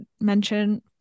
mention